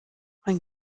mein